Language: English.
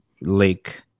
lake